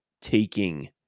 taking